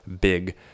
big